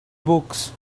books